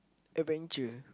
adventure